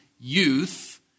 youth